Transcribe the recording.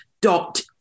dot